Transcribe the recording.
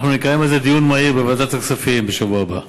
אנחנו נקיים על זה דיון מהיר בוועדת הכספים בשבוע הבא.